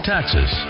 Taxes